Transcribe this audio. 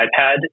iPad